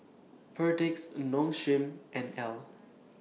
Perdix Nong Shim and Elle